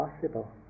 possible